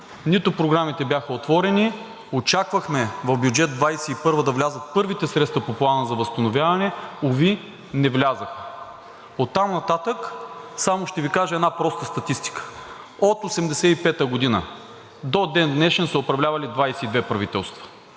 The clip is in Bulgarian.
нито програмите бяха отворени, очаквахме в бюджет 2021-а да влязат първите средства по Плана за възстановяване – уви не влязоха. Оттам нататък само ще Ви кажа една проста статистика. От 1985 г. до ден днешен са управлявали 22 правителства.